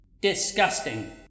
disgusting